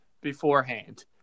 beforehand